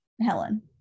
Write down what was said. Helen